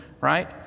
right